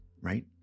right